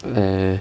eh